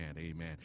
Amen